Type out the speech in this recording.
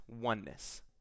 oneness